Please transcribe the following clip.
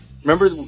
Remember